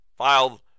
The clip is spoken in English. filed